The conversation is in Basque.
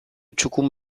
txukun